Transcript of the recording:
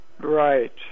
Right